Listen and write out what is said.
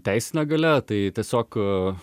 teisinė galia tai tiesiog